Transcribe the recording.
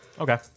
Okay